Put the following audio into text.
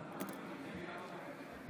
מכיוון שאנחנו מדברים על חוק-יסוד,